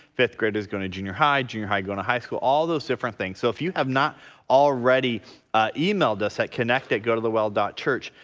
fifth grade is going to junior high, junior high going to high school all those different things so if you have not already ah emailed us at connect at go to the well dot church,